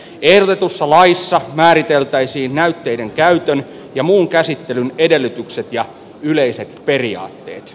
ehdotetussa laissa määriteltäisiin näytteiden käytön ja muun käsittelyn edellytykset ja yleiset periaatteet